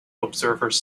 observers